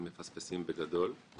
ומפספסים בגדול.